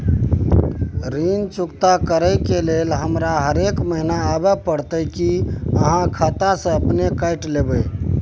ऋण चुकता करै के लेल हमरा हरेक महीने आबै परतै कि आहाँ खाता स अपने काटि लेबै?